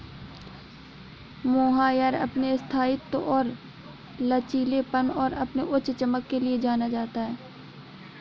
mohair अपने स्थायित्व और लचीलेपन और अपनी उच्च चमक के लिए जाना जाता है